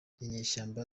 inyeshyamba